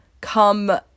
come